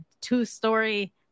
two-story